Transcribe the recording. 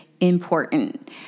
important